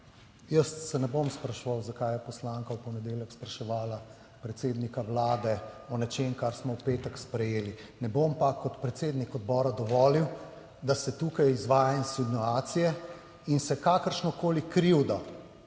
jaz se ne bom spraševal, zakaj je poslanka v ponedeljek spraševala predsednika Vlade o nečem, kar smo v petek sprejeli, ne bom pa kot predsednik odbora dovolil, da se tukaj izvaja insinuacije in se kakršnokoli krivdo